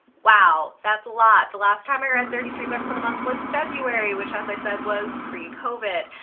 wow that's a lot. the last time i read thirty three books in a month was february which as i said was pre-covid.